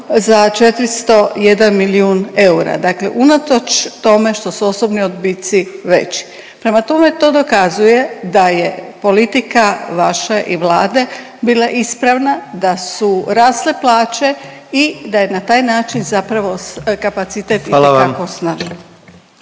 za 401 milijun eura, dakle unatoč tome što su osobni odbitci veći. Prema tome, to dokazuje da je politika vaša i Vlade bila ispravna da su rasle plaće i da je na taj način zapravo kapacitet itekako osnažen.